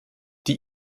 die